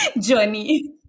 journey